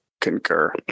concur